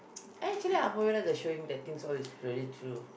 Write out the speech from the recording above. eh actually Haw-Par-Villa they are showing the things all is really true